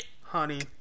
Honey